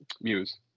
muse